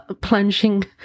plunging